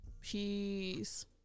Peace